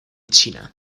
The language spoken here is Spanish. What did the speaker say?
china